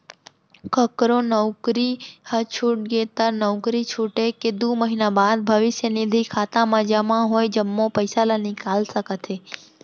ककरो नउकरी ह छूट गे त नउकरी छूटे के दू महिना बाद भविस्य निधि खाता म जमा होय जम्मो पइसा ल निकाल सकत हे